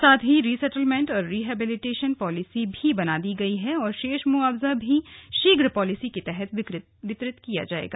साथ ही रिसेटलमेंट और रिहेबिलिटेशन पॉलिसी बना दी गई है और शेष मुआवजा भी शीघ्र पॉलिसी के तहत वितरित कर लिया जायेगा